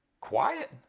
quiet